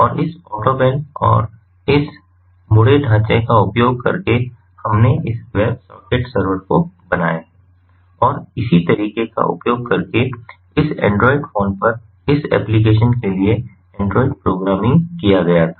और इस Autobahn और इस मुड़े ढांचे का उपयोग करके हमने इस वेब सॉकेट सर्वर को बनाया और इसी तरीके का उपयोग करके इस एंड्रॉइड फोन पर इस एप्लिकेशन के लिए एंड्रॉइड प्रोग्रामिंग किया गया था